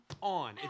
on